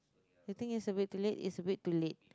I think is a bit too late is a bit too late